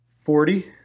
Forty